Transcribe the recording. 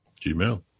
Gmail